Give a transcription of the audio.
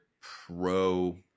pro-